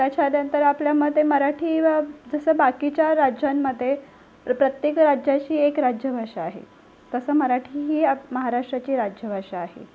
त्याच्यानंतर आपल्यामध्ये मराठी जसं बाकीच्या राज्यांमध्ये प्रत्येक राज्याची एक राज्यभाषा आहे तसं मराठी ही आप महाराष्ट्राची राज्यभाषा आहे